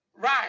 right